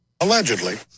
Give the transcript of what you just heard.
Allegedly